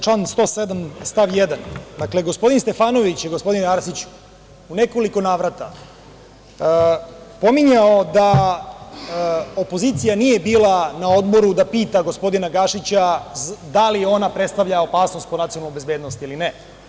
Član 107. stav 1. Dakle, gospodin Stefanović je, gospodine Arsiću, u nekoliko navrata pominjao da opozicija nije bila na Odboru da pita gospodina Gašića da li ona predstavlja opasnost po nacionalnu bezbednost ili ne.